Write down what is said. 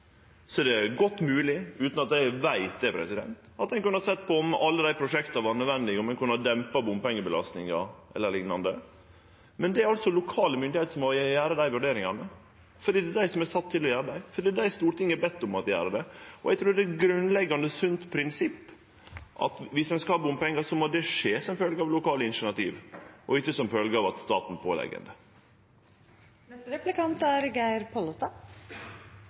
er det godt mogleg – utan at eg veit det – at ein kunne sett på om alle dei prosjekta var nødvendige, og om ein kunne dempa bompengebelastninga e.l. Men det er lokale myndigheiter som må gjere dei vurderingane, for det er dei som er sette til å gjere dei. Det er dei Stortinget har bedt om å gjere dei vurderingane. Eg trur det er eit grunnleggjande sunt prinsipp at dersom ein skal ha bompengar, må det skje som følgje av lokale initiativ og ikkje som følgje av at staten pålegg det. Av dei fire kommunane som er